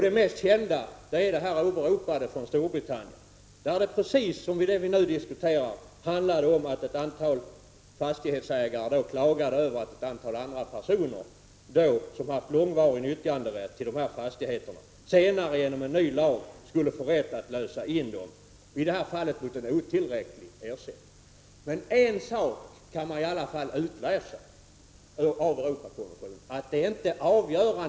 Det mest kända är det åberopade från Storbritannien. I detta rättsfall handlade det, precis som det vi nu diskuterar, om att ett antal fastighetsägare klagade över att ett antal andra personer med långvarig nyttjanderätt till dessa fastigheter senare genom en ny lag skulle få rätt att lösa in dem. I det fallet var det mot en otillräcklig ersättning. En sak kan man i alla fall avläsa ur Europakonventionen.